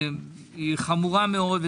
היא חמורה מאוד,